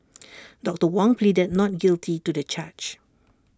doctor Wong pleaded not guilty to the charge